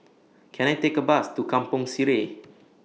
Can I Take A Bus to Kampong Sireh